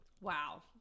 wow